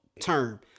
term